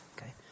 Okay